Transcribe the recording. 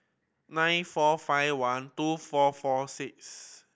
nine four five one two four four six